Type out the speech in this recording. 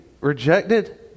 Rejected